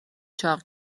چاق